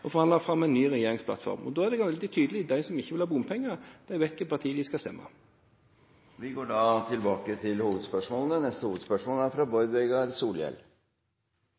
og forhandle fram en ny regjeringsplattform. Da er det veldig tydelig: De som ikke vil ha bompenger, vet hvilket parti de skal stemme på. Vi går til neste hovedspørsmål. Eg har eit spørsmål til kulturministeren. At kvalitet kostar, er